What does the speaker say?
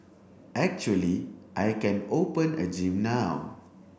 actually I can open a gym now